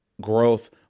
growth